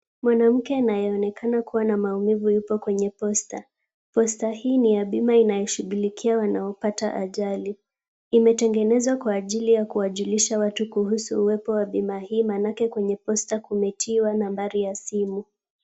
Mwanamke anayeonekana kuwa na maumivu yupo kwenye posta. Posta hii ni ya bima inayoshughulikia wanaopata ajali. Imetengenezwa kwa ajili ya kuwajulisha watu kuhusu uwepo wa bima hii maanake kwenye posta kumetiwa nambari ya simu.